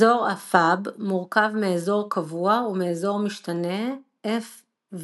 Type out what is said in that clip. אזור ה-Fab מורכב מאזור קבוע ומאזור משתנה Fv.